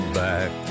back